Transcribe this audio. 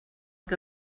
que